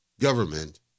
government